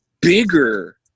bigger